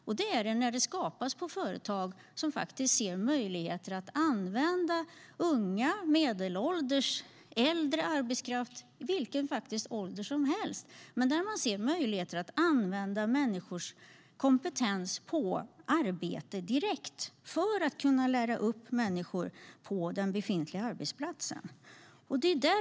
Så är det när de skapas på företag som ser möjligheter att använda arbetskraft i vilken ålder som helst - unga, medelålders, äldre - och använda människors kompetens till arbete direkt för att kunna lära upp dem på den befintliga arbetsplatsen.